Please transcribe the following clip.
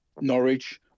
Norwich